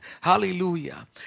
hallelujah